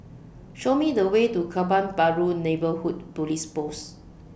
Show Me The Way to Kebun Baru Neighbourhood Police Post